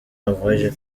norvège